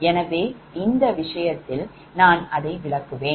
எனவே இந்த விஷயத்தில் நான் அதை விளக்குவேன்